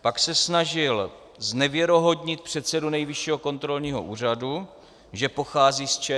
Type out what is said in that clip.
Pak se snažil znevěrohodnit předsedu Nejvyššího kontrolního úřadu, že pochází z ČSSD.